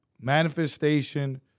Manifestation